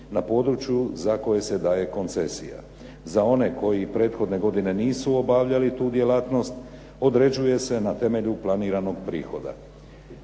na području za koje se daje koncesija. Za one koji prethodne godine nisu obavljali tu djelatnost, određuje se na temelju planiranog prihoda.